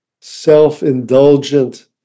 self-indulgent